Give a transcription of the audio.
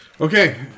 okay